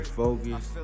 focus